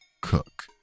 cook